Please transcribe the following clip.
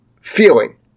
feeling